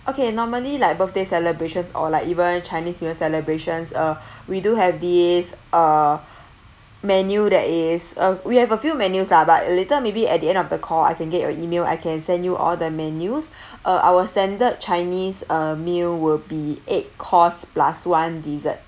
okay normally like birthday celebrations or like even chinese new year celebrations uh we do have this uh menu that is uh we have a few menus lah but later maybe at the end of the call I can get your email I can send you all the menus uh our standard chinese uh meal will be eight course plus one dessert